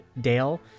Dale